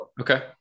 okay